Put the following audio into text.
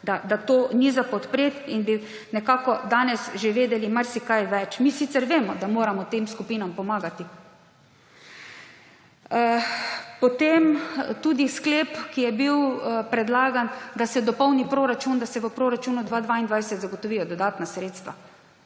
da to ni za podpreti; in bi nekako danes že vedeli marsikaj več. Mi sicer vemo, da moramo tem skupinam pomagati. Potem, tudi sklep, ki je bil predlagan, da se dopolni proračun, da se v proračunu 2022 zagotovijo dodatna sredstva